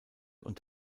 und